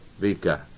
Vika